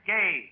Gay